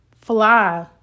fly